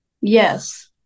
yes